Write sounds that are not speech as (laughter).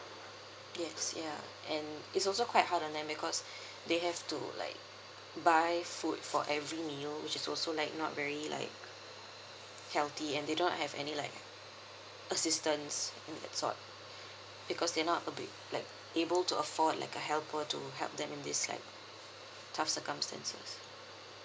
yes yeah and it's also quite hard on them because (breath) they have to like buy food for every meal which is also like not very like healthy and they don't have any like assistance and that sort because they're not able like able to afford like a helper to help them in this like tough circumstances